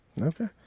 okay